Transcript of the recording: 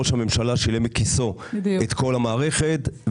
ראש הממשלה שילם מכיסו את כל המערכת.